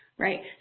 right